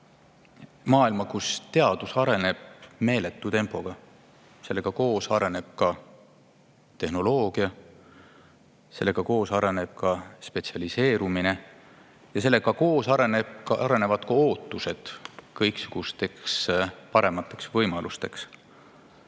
maailma, kus teadus areneb meeletu tempoga. Sellega koos areneb ka tehnoloogia. Sellega koos areneb ka spetsialiseerumine. Ja sellega koos arenevad ka ootused kõiksugusteks paremateks võimalusteks.